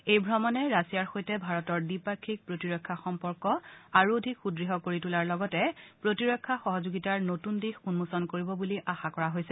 এই ভ্ৰমণে ৰাছিয়াৰ সৈতে ভাৰতৰ দ্বিপাক্ষিক প্ৰতিৰক্ষা সম্পৰ্ক আৰু অধিক সূদ্য় কৰি তোলাৰ লগতে প্ৰতিৰক্ষা সহযোগিতাৰ নতন দিশ উন্মোচন কৰিব বুলি আশা কৰা হৈছে